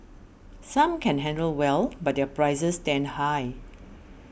some can handle well but their prices stand high